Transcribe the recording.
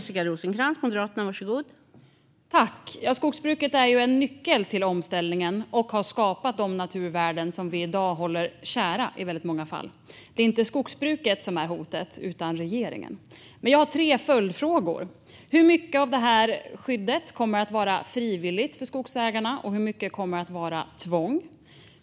Fru talman! Skogsbruket är en nyckel till omställningen och har skapat de naturvärden som vi i dag håller kära i väldigt många fall. Det är inte skogsbruket som är hotet utan regeringen. Jag har tre följdfrågor: Hur mycket av det här skyddet kommer att vara frivilligt för skogsägarna, och hur mycket kommer att vara tvång?